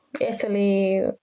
Italy